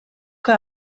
que